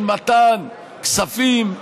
של מתן כספים,